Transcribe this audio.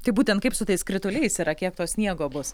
tai būtent kaip su tais krituliais yra kiek to sniego bus